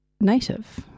native